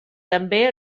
també